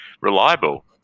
reliable